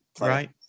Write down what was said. Right